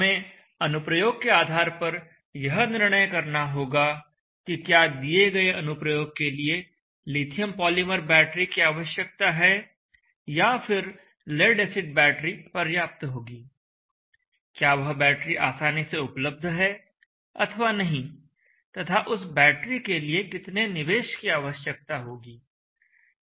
हमें अनुप्रयोग के आधार पर यह निर्णय करना होगा कि क्या दिए गए अनुप्रयोग के लिए लिथियम पॉलीमर बैटरी की आवश्यकता है या फिर लेड एसिड बैटरी पर्याप्त होगी क्या वह बैटरी आसानी से उपलब्ध है अथवा नहीं तथा उस बैटरी के लिए कितने निवेश की आवश्यकता होगी